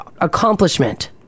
accomplishment